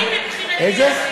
אני, מבחינתי, איזה?